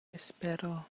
espero